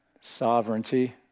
sovereignty